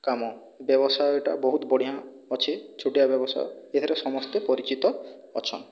କାମ ବ୍ୟବସାୟ ଏଇଟା ବହୁତ ବଢ଼ିଆଁ ଅଛେ ଛୋଟିଆ ବ୍ୟବସାୟ ଏଥିରେ ସମସ୍ତେ ପରିଚିତ ଅଛନ୍